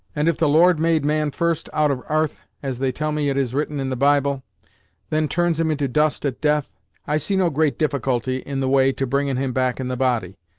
and if the lord made man first out of arth, as they tell me it is written in the bible then turns him into dust at death i see no great difficulty in the way to bringin' him back in the body,